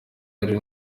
hari